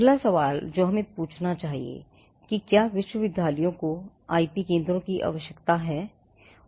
पहला सवाल जो हमें पूछना चाहिए कि क्या विश्वविद्यालयों को आईपी केंद्रों की आवश्यकता है